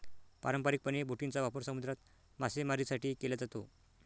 पारंपारिकपणे, बोटींचा वापर समुद्रात मासेमारीसाठी केला जातो